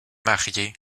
marié